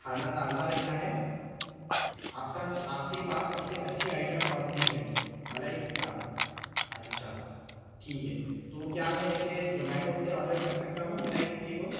کھانا تازہ رہتا ہے آپ کا آپ کے پاس سب سے اچھی آئیٹم کونسی ہے ملائی ٹکہ اچھا ٹھیک ہے تو کیا میں اسے زومیٹو سے آڈر کر سکتا ہوں ملائی ٹکے کو